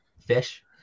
fish